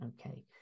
okay